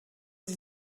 sie